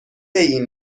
این